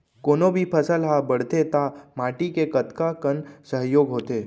कोनो भी फसल हा बड़थे ता माटी के कतका कन सहयोग होथे?